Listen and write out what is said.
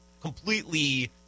completely